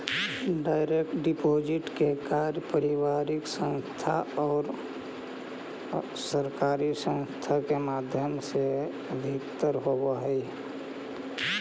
direct deposit के कार्य व्यापारिक संस्थान आउ सरकारी संस्थान के माध्यम से अधिकतर होवऽ हइ